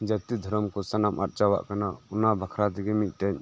ᱡᱟᱛᱤ ᱫᱷᱚᱨᱚᱢ ᱠᱚ ᱥᱟᱱᱟᱢ ᱟᱫ ᱪᱟᱵᱟᱜ ᱠᱟᱱᱟ ᱚᱱᱟ ᱵᱟᱠᱷᱨᱟ ᱛᱮᱜᱮ ᱢᱤᱜ ᱴᱮᱡ